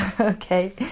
Okay